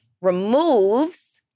removes